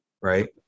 right